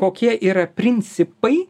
kokie yra principai